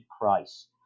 price